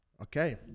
okay